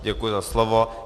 Děkuji za slovo.